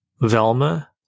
Velma